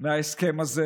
מההסכם הזה.